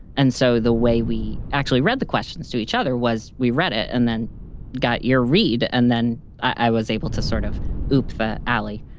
and so the way we actually read the questions to each other was we read it and then got your read. and then i was able to sort of up the alley.